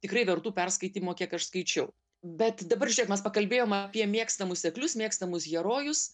tikrai vertų perskaitymo kiek aš skaičiau bet dabar žiūrėk mes pakalbėjom apie mėgstamus seklius mėgstamus herojus